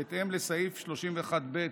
בהתאם לסעיף 31(ב)